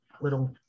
little